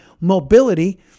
mobility